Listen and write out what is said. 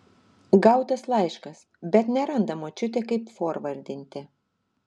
gautas laiškas bet neranda močiutė kaip forvardinti